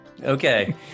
Okay